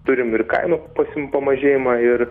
turim ir kainų pasim pamažėjimą ir